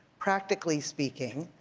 practically speaking,